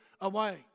away